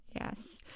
Yes